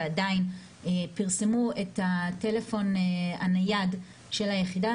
פרסמו את הטלפון הנייד של היחידה,